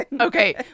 Okay